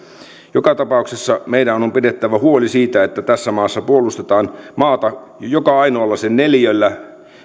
joka tapauksessa meidän on on pidettävä huoli siitä että tässä maassa puolustetaan maata sen joka ainoalla neliöllä